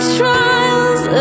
trials